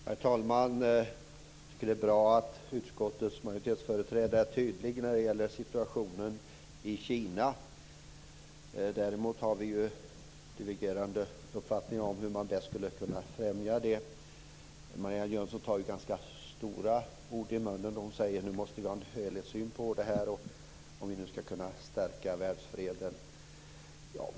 Herr talman! Jag tycker att det är bra att utskottets majoritetsföreträdare är tydlig när det gäller situationen i Kina. Däremot har vi divergerande uppfattningar om hur man bäst skulle kunna främja den. Marianne Jönsson tar ganska stora ord i munnen när hon säger att vi måste ha en helhetssyn på detta om vi nu ska kunna stärka världsfreden.